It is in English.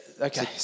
okay